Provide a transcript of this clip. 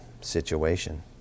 situation